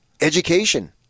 education